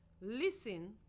Listen